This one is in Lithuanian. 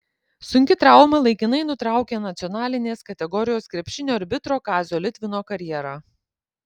sunki trauma laikinai nutraukė nacionalinės kategorijos krepšinio arbitro kazio litvino karjerą